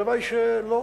הלוואי שלא.